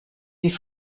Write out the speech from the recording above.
wie